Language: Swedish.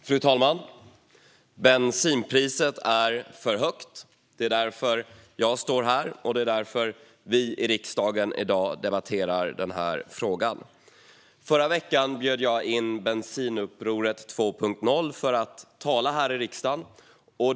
Fru talman! Bensinpriset är för högt. Det är därför jag står här, och det är därför vi i riksdagen i dag debatterar denna fråga. Förra veckan bjöd jag in Bensinuppropet 2.0 för att tala här i riksdagen.